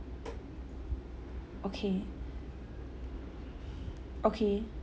okay okay